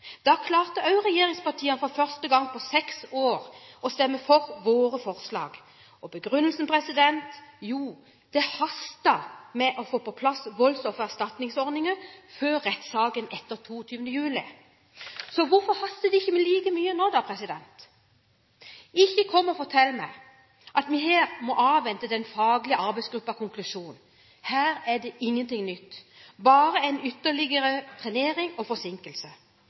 Da klarte også regjeringspartiene, for første gang på seks år, å stemme for våre forslag. Og begrunnelsen: Det hastet med å få på plass voldsoffererstatningsordningen før rettssaken etter 22. juli. Hvorfor haster det ikke like mye nå? Ikke kom og fortell meg at vi her må avvente den faglige arbeidsgruppens konklusjon. Her er det ingenting nytt, bare en ytterligere trenering og forsinkelse.